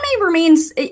remains